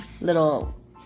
little